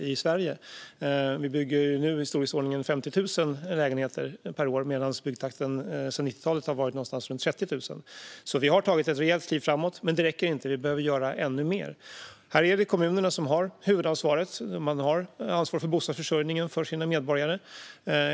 Vi bygger nu i storleksordningen 50 000 lägenheter per år, medan byggtakten sedan 90-talet har varit någonstans runt 30 000. Vi har alltså tagit ett rejält kliv framåt, men det räcker inte. Vi behöver göra ännu mer. Det är kommunerna som har huvudansvaret. De har ansvar för bostadsförsörjningen för sina medborgare.